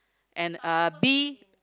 and uh B